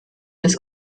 des